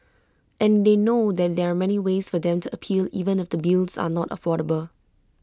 and they know there are many ways for them to appeal even if the bills are not affordable